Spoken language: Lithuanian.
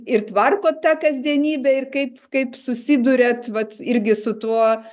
ir tvarkot tą kasdienybę ir kaip kaip susiduriat vat irgi su tuo